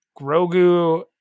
Grogu